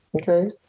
Okay